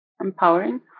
Empowering